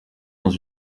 dans